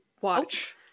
watch